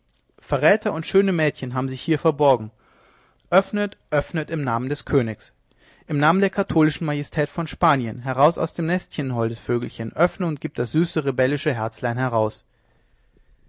verräter und schöne mädchen haben sich hier verborgen öffnet öffnet im namen des königs im namen der katholischen majestät von spanien heraus aus dem nestchen holdes vögelchen öffne und gib das süße rebellische herzlein heraus